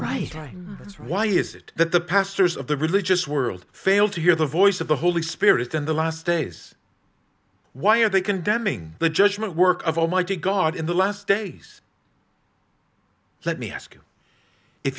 right time is why is it that the pastors of the religious world fail to hear the voice of the holy spirit in the last days why are they condemning the judgment work of almighty god in the last days let me ask you if